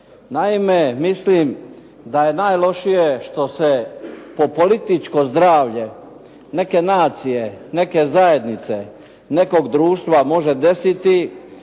Naime, mislim da je najlošije što se po političko zdravlje neke nacije, neke zajednice nekog društva može desiti